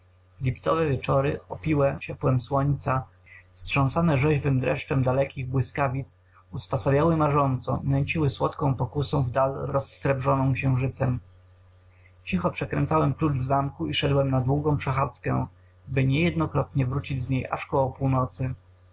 lipcowe wieczory opiłe ciepłem słońca wstrząsane rzeźwym dreszczem dalekich błyskawic uspasabiały marząco nęciły słodką pokusą w dal rozsrebrzoną księżycem cicho przekręcałem klucz w zamku i szedłem na długą przechadzkę by niejednokrotnie wrócić z niej aż koło północy